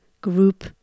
group